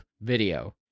video